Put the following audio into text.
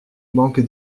manque